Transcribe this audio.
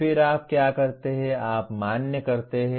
फिर आप क्या करते हैं आप मान्य करते हैं